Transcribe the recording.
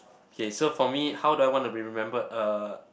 okay so for me how do I want to be remembered uh